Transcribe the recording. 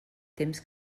temps